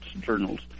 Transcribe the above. journals